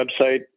website